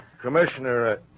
Commissioner